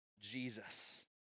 Jesus